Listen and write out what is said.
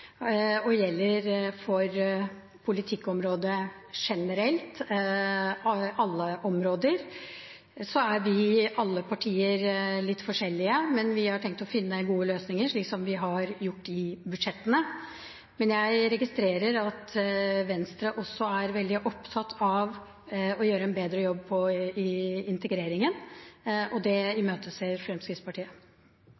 som gjelder generelt for alle politikkområder. Alle partiene er litt forskjellige, men vi har tenkt å finne gode løsninger, slik som vi har gjort i forbindelse med budsjettene. Men jeg registrerer at Venstre også er veldig opptatt av å gjøre en bedre jobb med integreringen. Det imøteser Fremskrittspartiet. I Fremskrittspartiets merknader heter det